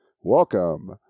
Welcome